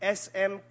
sm